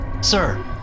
Sir